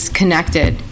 connected